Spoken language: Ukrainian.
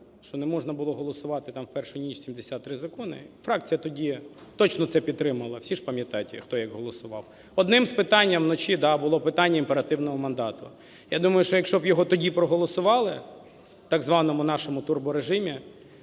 що не можна було голосувати в першу ніч 73 закони. Фракція тоді точно це підтримала, всі ж пам'ятають, хто як голосував. Одним з питання вночі було питання імперативного мандату. Я думаю, що якщо б його тоді проголосували в так званому нашому турборежимі,